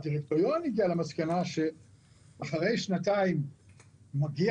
הדירקטוריון הגיע למסקנה שאחרי שנתיים מגיע